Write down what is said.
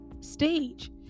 stage